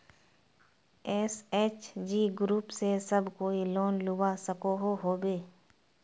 SHG group से सब कोई लोन लुबा सकोहो होबे?